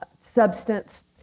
substance